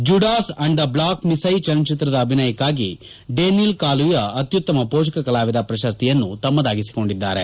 Judas and the Black Messiah ಚಲನಚಿತ್ರದ ಅಭಿನಯಕ್ಷಾಗಿ Daniel Kaluuya ಅತ್ಯುತ್ತಮ ಪೋಷಕ ಕಲಾವಿದ ಪ್ರಶಸ್ತಿಯನ್ನು ತಮ್ನದಾಗಿಸಿಕೊಂಡಿದ್ದಾರೆ